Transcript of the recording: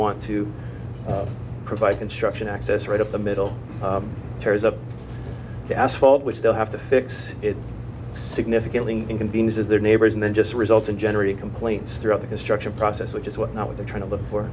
want to provide construction access right up the middle tears up the asphalt which they'll have to fix it significantly inconveniences their neighbors and then just result in generating complaints throughout the construction process which is what not what they're trying to look for